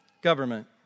government